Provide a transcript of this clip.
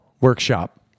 Workshop